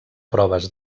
proves